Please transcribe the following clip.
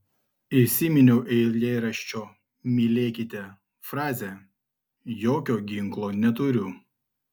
įsiminiau eilėraščio mylėkite frazę jokio ginklo neturiu